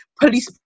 police